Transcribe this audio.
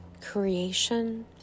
creation